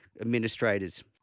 administrators